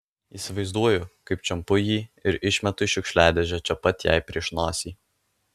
įsivaizduoju kaip čiumpu jį ir išmetu į šiukšliadėžę čia pat jai prieš nosį